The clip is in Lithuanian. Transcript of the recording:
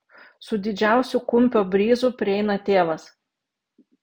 su didžiausiu kumpio bryzu prieina tėvas